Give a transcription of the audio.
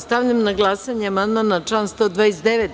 Stavljam na glasanje amandman na član 129.